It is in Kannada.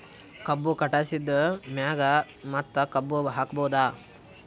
ಕಬ್ಬು ಕಟಾಸಿದ್ ಮ್ಯಾಗ ಮತ್ತ ಕಬ್ಬು ಹಾಕಬಹುದಾ?